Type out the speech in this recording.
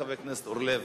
חבר הכנסת אורלב.